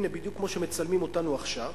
הנה, בדיוק כמו שמצלמים אותנו עכשיו